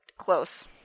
close